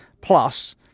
plus